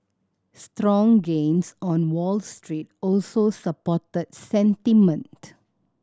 strong gains on Wall Street also supported sentiment